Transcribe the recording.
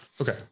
Okay